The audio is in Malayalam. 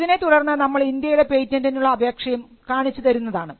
ഇതിനെ തുടർന്ന് നമ്മൾ ഇന്ത്യയുടെ പേറ്റന്റിനുള്ള അപേക്ഷയും കാണിച്ചു തരുന്നതാണ്